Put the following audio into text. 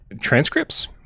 transcripts